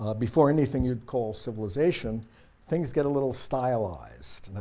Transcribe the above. ah before anything you'd call civilization things get a little stylized,